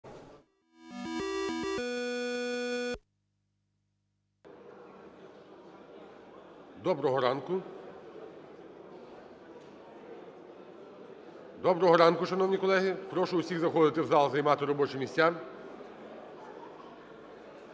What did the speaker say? Доброго ранку! Доброго ранку, шановні колеги! Прошу всіх заходити в зал, займати робочі місця. Готові до